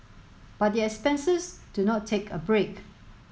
but the expenses do not take a break